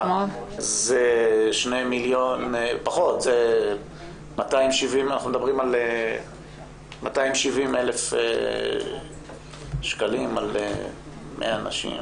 אנחנו מדברים על 270,000 שקלים עבור 100 נשים.